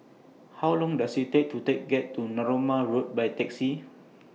How Long Does IT Take to Take get to Narooma Road By Taxi